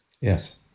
Yes